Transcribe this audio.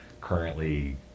currently